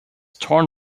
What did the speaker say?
torn